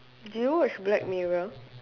did you watch black mirror